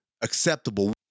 acceptable